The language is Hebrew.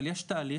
אבל יש תהליך,